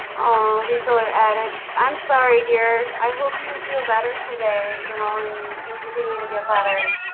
all reseller addicts, i'm sorry dear. i hope you feel better today, you know, and you continue to get better